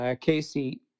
Casey